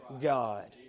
God